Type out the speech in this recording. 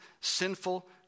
sinful